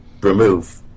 remove